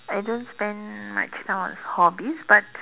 I don't spend much time on hobbies but